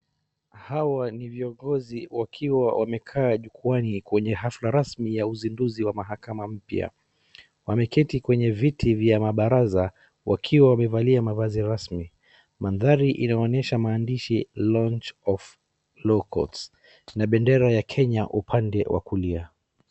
Hawa ni viongozi wakiwa wamekaa jukwaani kwenye hafla rasmi ya uzinduzi wa mahakama mpya. Wameketi kwenye viti vya mabaraza wakiwa wamevalia mavazi rasmi. Mandhari inaonyesha maandishi Launch of Law Courts na bendera ya Kenya upande wa kulia.